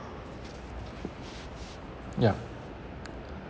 yeah